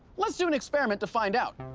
let's do an experiment to find out.